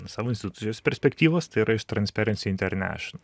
savo institucijos perspektyvos tai yra iš transparency international